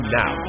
now